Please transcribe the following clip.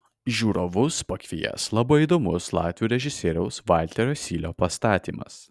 žiūrovus pakvies labai įdomus latvių režisieriaus valterio sylio pastatymas